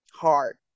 hard